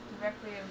directly